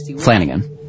Flanagan